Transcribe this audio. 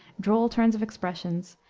droll turns of expressions,